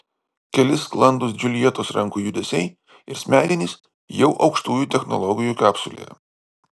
keli sklandūs džiuljetos rankų judesiai ir smegenys jau aukštųjų technologijų kapsulėje